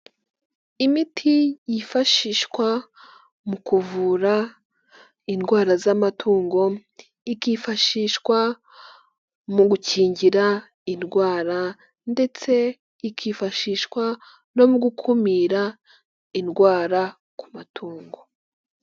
Imiti yifashishwa mu kuvura indwara z'amatungo, ikifashishwa mu gukingira indwara ndetse ikifashishwa no gukumira indwara ku matungo.